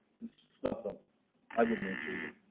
just snug them i wouldn't answer either